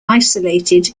isolated